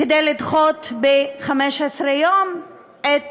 כדי לדחות ב-15 יום את